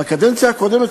בקדנציה הקודמת,